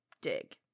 dig